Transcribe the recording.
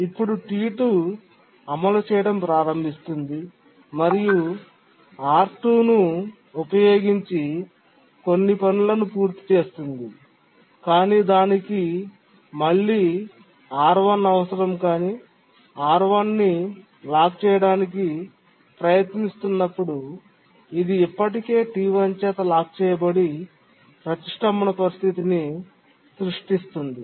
ఇప్పుడు T2 అమలు చేయడం ప్రారంభిస్తుంది మరియు R2 ను ఉపయోగించి కొన్ని పనులను పూర్తి చేస్తుంది కానీ దానికి మళ్ళీ R1 అవసరం కానీ R1 ని లాక్ చేయడానికి ప్రయత్నిస్తున్నప్పుడు ఇది ఇప్పటికే T1 చేత లాక్ చేయబడి ప్రతిష్ఠంభన పరిస్థితిని సృష్టిస్తుంది